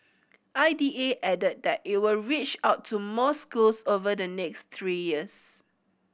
I D A added that it will reach out to more schools over the next three years